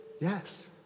Yes